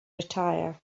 retire